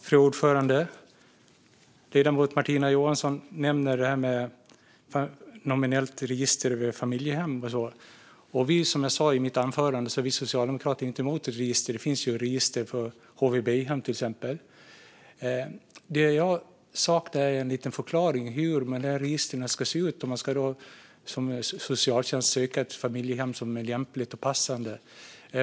Fru talman! Ledamoten Martina Johansson nämner detta med ett nationellt register över familjehem. Som jag sa i mitt anförande är vi socialdemokrater inte emot ett register. Det finns register för HVB-hem, till exempel. Det jag saknar är en liten förklaring av hur registren ska se ut - där socialtjänsten ska söka ett familjehem som är lämpligt och passande.